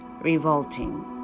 revolting